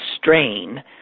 strain